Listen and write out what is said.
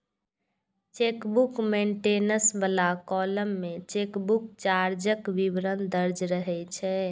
chequebook maintenance बला column मे chequebook चार्जक विवरण दर्ज रहै छै